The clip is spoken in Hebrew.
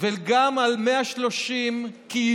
וגם על 130 קהילות,